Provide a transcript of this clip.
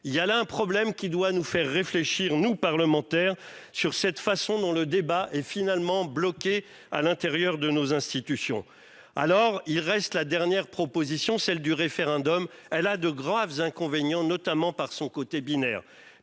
il y a là un problème qui doit nous faire réfléchir nous parlementaires sur cette façon dont le débat est finalement bloqués à l'intérieur de nos institutions. Alors il reste la dernière proposition, celle du référendum. Elle a de graves inconvénients notamment par son côté binaire.